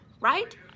right